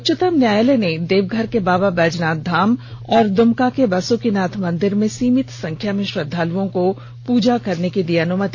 उच्चतम न्यायालय ने देवघर के बाबा बैजनाथ धाम और द्मका के बासुकीनाथ मंदिर में सीमित संख्या में श्रद्वालुओं को पूजा करने की दी अनुमति